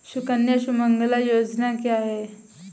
सुकन्या सुमंगला योजना क्या है?